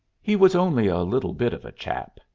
he was only a little bit of a chap,